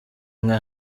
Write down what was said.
nka